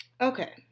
Okay